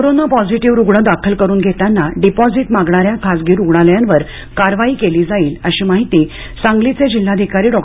corona positive रुग्ण दाखल करून घेताना डिपॉझिट मागणाऱ्या खाजगी रुग्णलयांवर कारवाई केली जाईल अशी माहिती सांगलीचे जिल्हाधिकारी डॉ